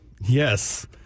Yes